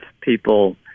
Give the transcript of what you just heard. people